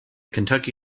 kentucky